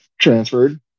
transferred